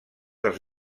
dels